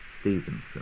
Stevenson